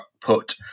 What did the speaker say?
put